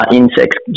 insects